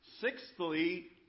Sixthly